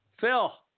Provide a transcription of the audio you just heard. Phil